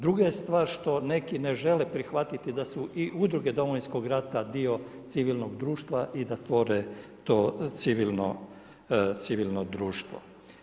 Druga je stvar što neki ne žele prihvatiti da su i udruge Domovinskog rata dio civilnog društva i da tvore to civilno društvo.